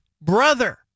brother